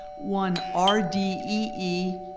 one r d e e,